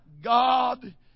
God